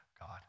God